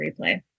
replay